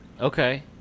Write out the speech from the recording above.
Okay